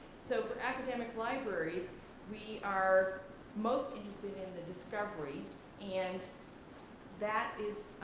so for academic libraries we are most interested in the discovery and that is